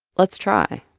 let's try.